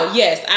yes